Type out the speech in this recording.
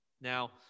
Now